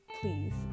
please